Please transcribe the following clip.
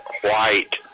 white